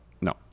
no